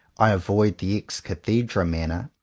i avoid the ex cathedra manner.